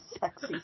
Sexy